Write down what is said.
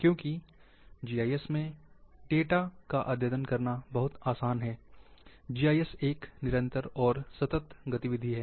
क्योंकि जीआईएस में डेटा का अद्यतन करना बहुत आसान है जीआईएस एक निरंतर और सतत गतिविधि है